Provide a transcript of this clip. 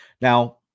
Now